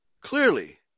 Clearly